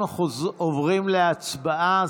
אנחנו עוברים להצבעה.